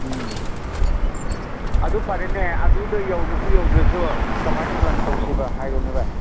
ꯎꯝ ꯑꯗꯨ ꯐꯔꯦꯅꯦ ꯑꯗꯨꯗ ꯌꯧꯔꯁꯨ ꯌꯧꯗ꯭ꯔꯁꯨ ꯍꯦ ꯀꯃꯥꯏꯅ ꯄ꯭ꯂꯥꯟ ꯇꯧꯁꯤꯕ ꯍꯥꯏꯔꯣꯅꯦ ꯚꯥꯏ